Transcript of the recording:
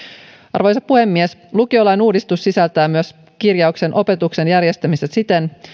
arvoisa puhemies lukiolain uudistus sisältää myös kirjauksen opetuksen järjestämisestä siten